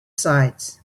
sides